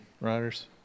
riders